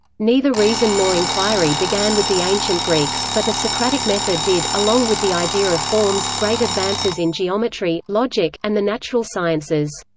neither reason nor inquiry began with the ancient greeks, but the socratic method did, along with the idea of forms, great advances in geometry, logic, and the natural sciences.